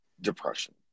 depression